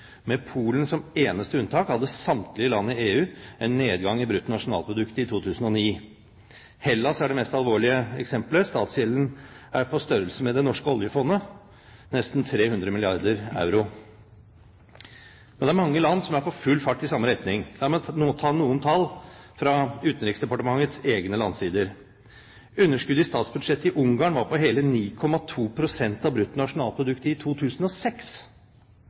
Med Polen som eneste unntak hadde samtlige land i EU en nedgang i bruttonasjonalproduktet i 2009. Hellas er det mest alvorlige eksemplet – statsgjelden er på størrelse med det norske oljefondet, nesten 300 milliarder euro. Men det er mange land som er på full fart i samme retning. La meg ta noen tall fra Utenriksdepartementets egne landsider. Underskuddet på statsbudsjettet i Ungarn var på hele 9,2 pst. av bruttonasjonalproduktet i 2006.